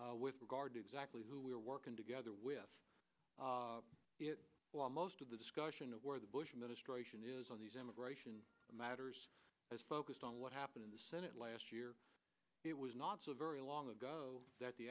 panel with regard to exactly who we are working together with well most of the discussion of where the bush administration is on these immigration matters is focused on what happened in the senate last year it was not so very long ago that the